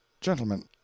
gentlemen